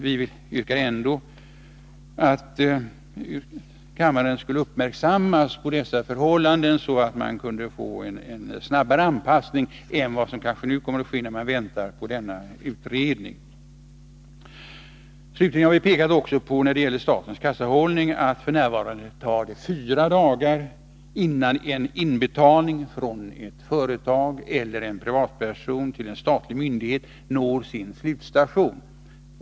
Vi har ändå velat göra kammaren uppmärksam på dessa förhållanden i syfte att få till stånd en snabbare anpassning till ett nytt system i avvaktan på resultatet av denna översyn. Vad slutligen gäller statens kassahållning påpekar vi att det f. n. tar fyra dagar innan en inbetalning från ett företag eller en privatperson till en statlig myndighet når sin slutstation.